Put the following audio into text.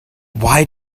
why